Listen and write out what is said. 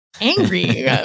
angry